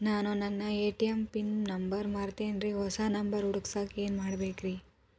ನಾನು ನನ್ನ ATM pin number ಮರ್ತೇನ್ರಿ, ಹೊಸಾ ನಂಬರ್ ಕುಡಸಾಕ್ ಏನ್ ಮಾಡ್ಬೇಕ್ರಿ?